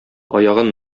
аягын